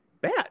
bad